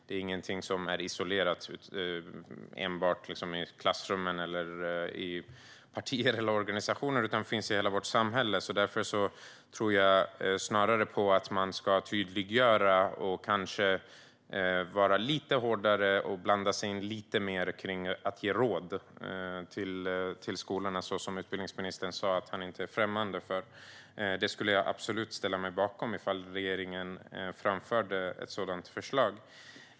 Det är ingenting som är isolerat till enbart klassrummen eller till ideella organisationer, utan det finns i hela vårt samhälle. Därför tror jag snarare på att man ska tydliggöra och kanske vara lite hårdare och blanda sig i lite mer för att ge råd till skolorna så som utbildningsministern sa att han inte är främmande för. Jag skulle absolut ställa mig bakom ifall regeringen framförde ett sådant förslag.